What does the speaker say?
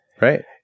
right